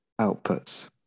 outputs